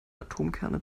atomkerne